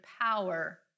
power